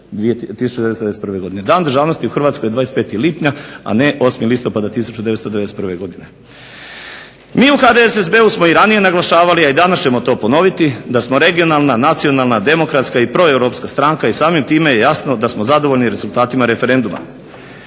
Dan državnosti u Hrvatskoj je 25. lipnja a ne 8. listopada 1991. godine. Mi u HDSSB-u smo i ranije naglašavati a i opet ćemo to ponoviti da smo regionalna, nacionalna, demokratska i proeuropska stranka i samim time je jasno da smo zadovoljni rezultatima referenduma.